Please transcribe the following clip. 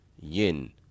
yin